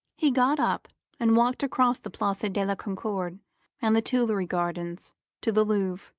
he got up and walked across the place de la concorde and the tuileries gardens to the louvre.